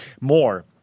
more